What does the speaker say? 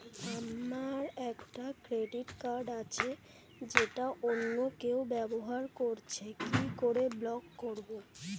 আমার একটি credit card আছে যেটা অন্য কেউ ব্যবহার করছে কি করে ব্লক করবো?